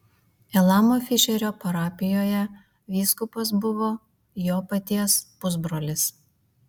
elamo fišerio parapijoje vyskupas buvo jo paties pusbrolis